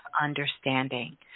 understanding